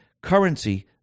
currency